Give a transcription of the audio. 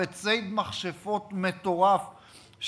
בציד מכשפות מטורף,